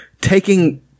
taking